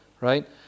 Right